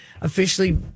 officially